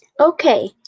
Okay